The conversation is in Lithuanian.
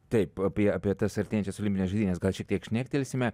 taip apie apie tas artėjančias olimpines žaidynes gal šiek tiek šnektelsime